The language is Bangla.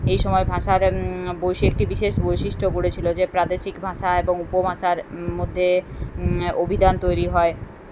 এই সময়ে ভাষার বৈশি একটি বিশেষ বৈশিষ্ট্য গড়েছিলো যে প্রাদেশিক ভাষা এবং উপভাষার মধ্যে অভিধান তৈরি হয়